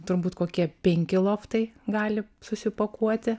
turbūt kokie penki loftai gali susipakuoti